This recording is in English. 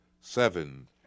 seven